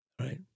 right